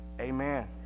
Amen